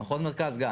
מחוז מרכז גם.